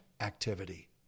activity